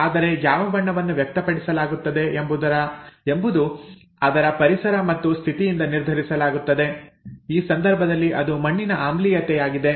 ಆದರೆ ಯಾವ ಬಣ್ಣವನ್ನು ವ್ಯಕ್ತಪಡಿಸಲಾಗುತ್ತದೆ ಎಂಬುದು ಅದರ ಪರಿಸರ ಮತ್ತು ಸ್ಥಿತಿಯಿಂದ ನಿರ್ಧರಿಸಲಾಗುತ್ತದೆ ಈ ಸಂದರ್ಭದಲ್ಲಿ ಅದು ಮಣ್ಣಿನ ಆಮ್ಲೀಯತೆಯಾಗಿದೆ